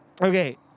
Okay